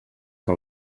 que